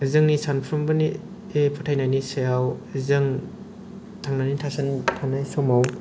जोंनि सानफ्रोमबोनि बे फोथायनायनि सायाव जों थांनानै थानाय समाव